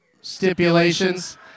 stipulations